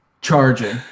Charging